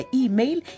email